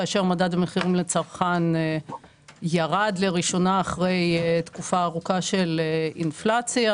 כאשר מדד המחירים לצרכן ירד לראשונה אחרי תקופה ארוכה של אינפלציה,